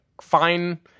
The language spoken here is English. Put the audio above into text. fine